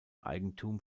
eigentum